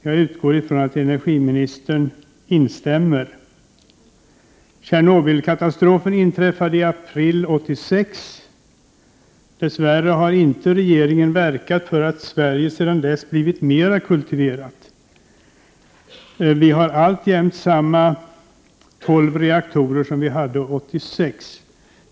Jag utgår från att energiministern instämmer. Tjernobylkatastrofen inträffade i april 1986. Dess värre har inte regeringen verkat för att Sverige sedan dess skulle bli mer kultiverat. Vi har alltjämt samma tolv reaktorer som vi hade 1986.